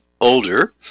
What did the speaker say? older